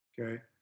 okay